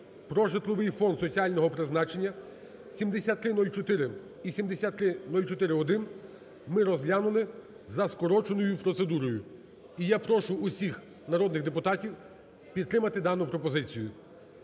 "Про житловий фонд соціального призначення" (7304 і 7304-1) ми розглянули за скороченою процедурою. І я прошу всіх народних депутатів підтримати дану пропозицію.